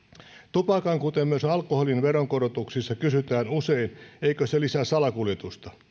tupakan kuten myös alkoholin veronkorotuksissa kysytään usein eikö se lisää salakuljetusta